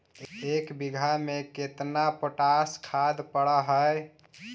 एक बिघा में केतना पोटास खाद पड़ है?